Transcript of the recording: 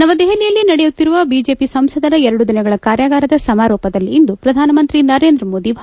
ನವದೆಹಲಿಯಲ್ಲಿ ನಡೆಯುತ್ತಿರುವ ಬಿಜೆಪಿ ಸಂಸದರ ಎರಡು ದಿನಗಳ ಕಾರ್ಯಾಗಾರದ ಸಮಾರೋಪದಲ್ಲಿಂದು ಪ್ರಧಾನಮಂತ್ರಿ ನರೇಂದ್ರ ಮೋದಿ ಭಾಷಣ